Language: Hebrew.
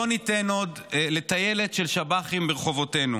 לא ניתן עוד, לטיילת של שב"חים ברחובותינו.